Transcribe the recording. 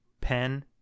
pen